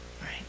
right